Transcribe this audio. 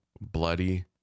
bloody